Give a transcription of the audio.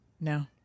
No